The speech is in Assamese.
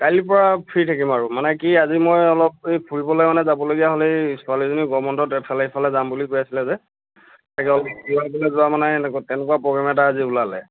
কালিৰ পৰা ফ্ৰী থাকিম আৰু মানে কি আজি মই অলপ এই ফুৰিবলৈ মানে যাবলগীয়া হ'ল এই ছোৱালীজনী গৰম বন্ধত এফালে ইফালে যাম বুলি কৈ আছিলে যে তাকে ফুৰিবলৈ যোৱা মানে লগত তেনেকুৱা প্ৰগ্ৰেম এটা আজি ওলালে